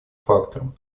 фактором